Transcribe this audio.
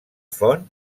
font